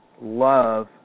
love